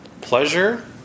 Pleasure